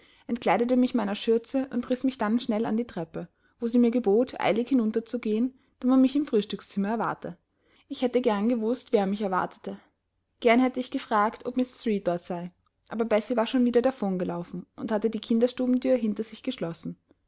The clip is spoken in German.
entkleidete mich meiner schürze und riß mich dann schnell an die treppe wo sie mir gebot eilig hinunter zu gehen da man mich im frühstückszimmer erwarte ich hätte gern gewußt wer mich erwartete gern hätte ich gefragt ob mrs reed dort sei aber bessie war schon wieder davon gelaufen und hatte die kinderstubenthür hinter sich geschlossen